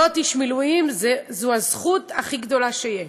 להיות איש מילואים זו הזכות הכי גדולה שיש.